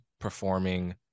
performing